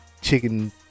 chicken